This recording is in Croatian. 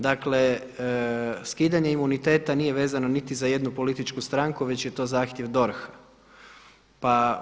Dakle, skidanje imunitete nije vezano niti za jednu političku stranku već je to zahtjev DORH-a.